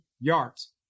yards